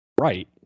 right